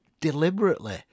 deliberately